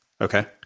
Okay